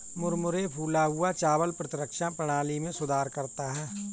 मुरमुरे फूला हुआ चावल प्रतिरक्षा प्रणाली में सुधार करता है